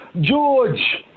George